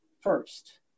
first